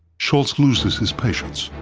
shultz loses his patience.